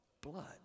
Blood